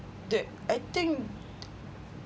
th~ I think